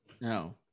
No